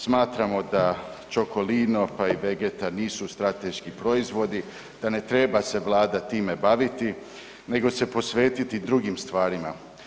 Smatramo da Čokolino, pa i Vegeta nisu strateški proizvodi, da ne treba se Vlada time baviti, nego se posvetiti drugim stvarima.